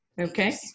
Okay